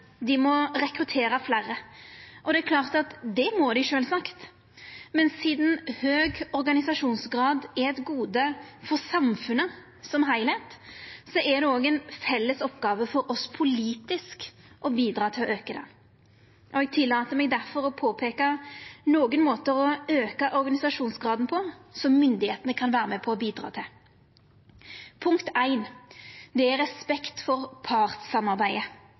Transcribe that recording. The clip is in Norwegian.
Dei må gjera seg meir attraktive, dei må rekruttera fleire. Det må dei sjølvsagt, men sidan høg organisasjonsgrad er eit gode for samfunnet som heilskap, er det òg ei felles oppgåve for oss politisk å bidra til å auka han. Eg tillèt meg difor å påpeika nokre måtar å auka organisasjonsgraden på som myndigheitene kan vera med og bidra til. Respekt for partssamarbeidet.